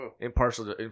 Impartial